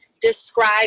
describe